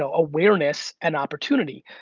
so awareness and opportunity.